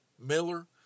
Miller